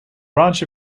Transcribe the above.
branch